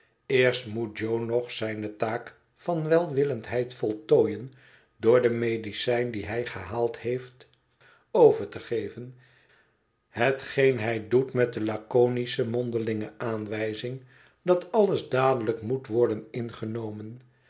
eerst moet jo nog zijne taak van welwillendheid voltooien door de medicijn die hij gehaald heeft over te geven hetgeen hij doet met de laconische mondelinge aanwijzing dat alles dadelijk moet worden ingenomen